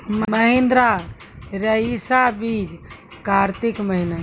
महिंद्रा रईसा बीज कार्तिक महीना?